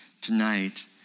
tonight